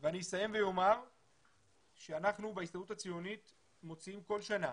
ואני אסיים ואומר שאנחנו בהסתדרות הציונית מוציאים כל שנה